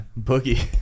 Boogie